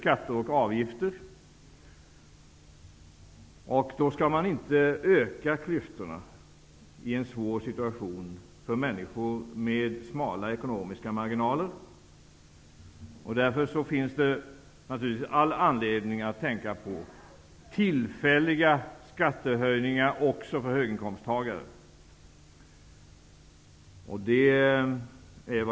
Klyftorna skall inte vidgas mer för de människor som befinner sig i en svår situation med smala ekonomiska marginaler. Därför finns det all anledning att tänka på tillfälliga skattehöjningar också för höginkomsttagare.